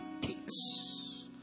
takes